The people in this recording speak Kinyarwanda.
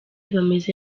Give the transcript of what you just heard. bameze